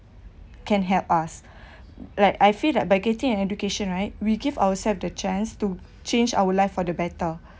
can help us like I feel that by getting an education right we give ourselves the chance to change our life for the better